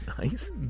Nice